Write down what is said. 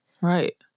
Right